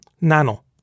nano